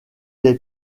les